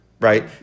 right